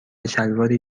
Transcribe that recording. شلواری